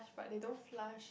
but they don't flush